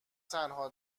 تنها